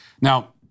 Now